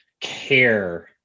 care